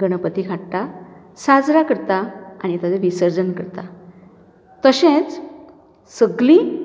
गणपतीक हाडटा साजरा करता आनी ताचे विसर्जन करता तशेंच सगली